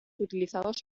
utilizados